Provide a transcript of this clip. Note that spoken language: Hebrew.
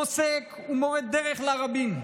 פוסק ומורה דרך לרבים,